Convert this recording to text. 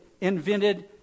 invented